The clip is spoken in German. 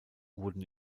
wurden